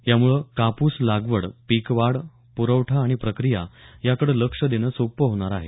यामुळे कापूस लागवड पीक वाढ प्रवठा आणि प्रक्रिया याकडे लक्ष देणं सोपं होणार आहे